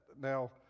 Now